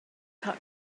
talk